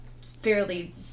fairly